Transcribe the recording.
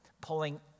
pulling